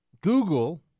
Google